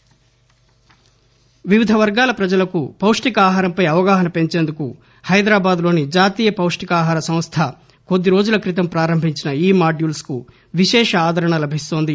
desk Poshan Abhiyan వివిధ వర్గాల ప్రజలకు పౌష్ణికాహారంపై అవగాహన పెంచేందుకు హైదరాబాద్లోని జాతీయ పౌష్ణికాహార సంస్థ కాద్దిరోజుల క్రితం పారంభించిన ఈ మాడ్యూల్ప్కు విశేష ఆదరణ లభిస్తోంది